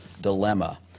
dilemma